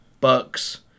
Bucks